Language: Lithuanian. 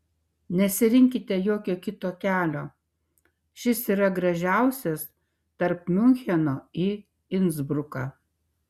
nesirinkite jokio kito kelio šis yra gražiausias tarp miuncheno į insbruką